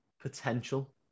potential